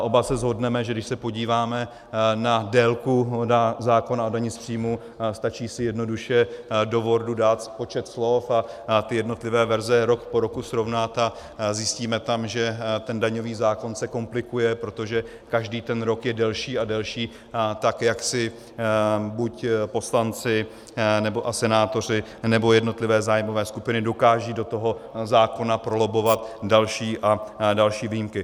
Oba se shodneme, že když se podíváme na délku zákona o dani z příjmu, stačí si jednoduše do Wordu dát počet slov a ty jednotlivé verze rok po roku srovnat a zjistíme tam, že ten daňový zákon se komplikuje, protože každý ten rok je delší a delší, tak jak si buď poslanci a senátoři, nebo jednotlivé zájmové skupiny dokážou do toho zákona prolobbovat další a další výjimky.